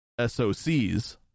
SOCs